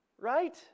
right